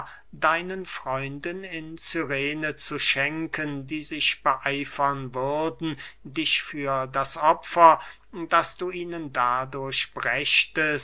deinen freunden in cyrene zu schenken die sich beeifern würden dich für das opfer das du ihnen dadurch